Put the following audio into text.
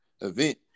event